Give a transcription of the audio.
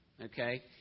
Okay